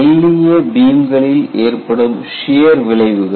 மெல்லிய பீம்களில் ஏற்படும் சியர் விளைவுகள்